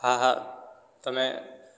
હા હા તમે